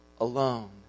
alone